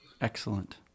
Excellent